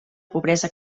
pobresa